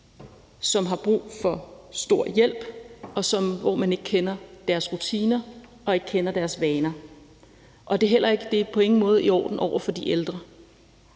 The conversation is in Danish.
som har brug for stor hjælp, og hvor man ikke kender deres rutiner og ikke kender deres vaner, og det er på ingen måde i orden over for de ældre.